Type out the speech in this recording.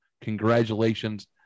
congratulations –